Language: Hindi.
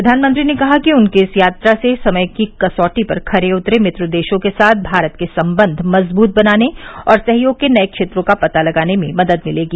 प्रधानमंत्री ने कहा कि उनकी इस यात्रा से समय की कसौटी पर खरे उतरे मित्र देशों के साथ भारत के संबंध मजबूत बनाने और सहयोग के नये क्षेत्रों का पता लगाने में मदद मिलेगी